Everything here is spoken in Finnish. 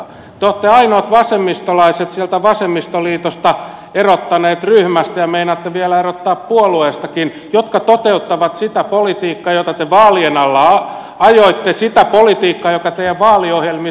te olette ainoat vasemmistolaiset sieltä vasemmistoliitosta erottaneet ryhmästä ja meinaatte vielä erottaa puolueestakin ne jotka toteuttavat sitä politiikkaa jota te vaalien alla ajoitte sitä politiikkaa joka teidän vaaliohjelmissanne oli